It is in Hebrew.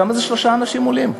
כמה שלושה אנשים עולים?